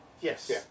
Yes